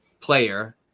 player